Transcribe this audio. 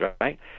right